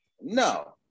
No